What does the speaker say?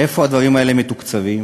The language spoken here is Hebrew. איפה הדברים האלה מתוקצבים?